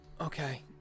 Okay